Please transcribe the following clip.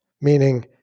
meaning